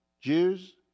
Jews